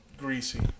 Greasy